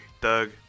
Doug